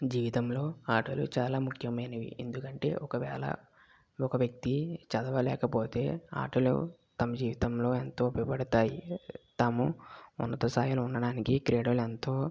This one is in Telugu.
జీవితంలో ఆటలు చాలా ముఖ్యమైనవి ఎందుకంటే ఒకవేళ ఒక వ్యక్తి చదవలేకపోతే ఆటలు తమ జీవితంలో ఎంతో ఉపయోగపడతాయి తాము ఉన్నత స్థాయిలో ఉండడానికి క్రీడలు ఎంతో